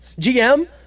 GM